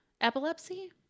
epilepsy